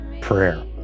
prayer